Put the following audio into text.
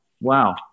Wow